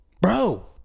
Bro